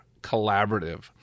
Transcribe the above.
collaborative